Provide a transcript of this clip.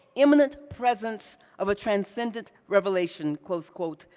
imminent presence of a transcendent revelation, close quote,